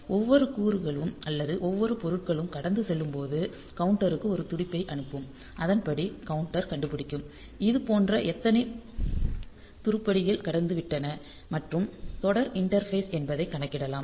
ஒவ்வொரு கூறுகளும் அல்லது ஒவ்வொரு பொருள்களும் கடந்து செல்லும்போதும் கவுண்டருக்கு ஒரு துடிப்பை அனுப்பும் அதன்படி கவுண்டர் கண்டுபிடிக்கும் இதுபோன்ற எத்தனை உருப்படிகள் கடந்துவிட்டன மற்றும் தொடர் இண்டர்பேஸ் என்பதை கணக்கிடலாம்